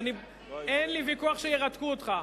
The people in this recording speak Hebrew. אין לי ויכוח שירתקו אותך.